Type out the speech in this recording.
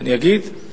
אני אגיד,